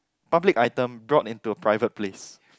public item brought into a private place